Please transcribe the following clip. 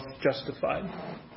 justified